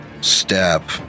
step